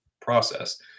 process